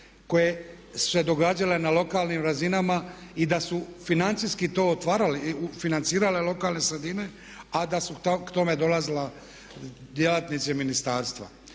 koje su se događale na lokalnim razinama i da su financijski to otvarali, financirale lokalne sredine a da su k tome dolazila djelatnici ministarstva.